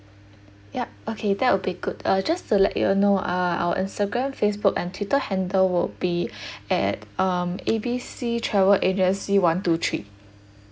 yup okay that would be good uh just to let you know uh our instagram facebook and twitter handle will be at um A B C travel agency one two three